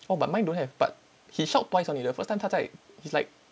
orh but mine don't have but he shout twice only the first time 他在 he's like